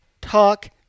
Talk